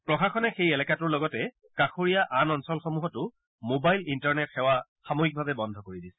প্ৰশাসনে সেই এলেকাটোৰ লগতে কাষৰীয়া আন অঞ্চলসমূহতো মবাইল ইণ্টাৰনেট সেৱা সাময়িকভাৱে বন্ধ কৰি দিছে